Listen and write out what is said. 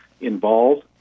involved